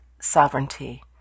sovereignty